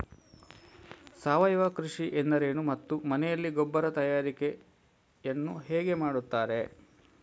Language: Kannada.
ಸಾವಯವ ಕೃಷಿ ಎಂದರೇನು ಮತ್ತು ಮನೆಯಲ್ಲಿ ಗೊಬ್ಬರ ತಯಾರಿಕೆ ಯನ್ನು ಹೇಗೆ ಮಾಡುತ್ತಾರೆ?